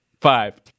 Five